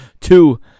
two